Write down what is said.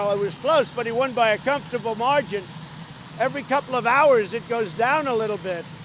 um it was close, but he won by a comfortable margin every couple of hours, it goes down a little bit.